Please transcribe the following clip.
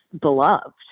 beloved